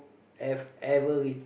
have ever read